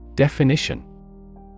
Definition